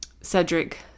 Cedric